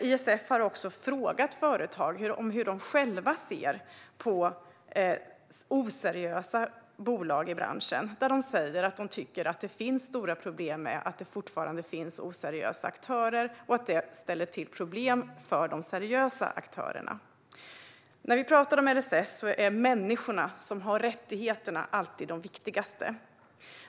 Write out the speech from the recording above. IFS har också frågat företagare hur de själva ser på oseriösa bolag i branschen, och de säger att de tycker att det är stora problem med att det fortfarande finns oseriösa aktörer och att det ställer till med problem för de seriösa aktörerna. När vi pratar om LSS är människorna som har rättigheterna alltid de viktigaste.